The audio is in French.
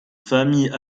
famille